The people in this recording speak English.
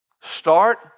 start